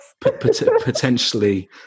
potentially